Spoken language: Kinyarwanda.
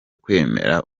kwemera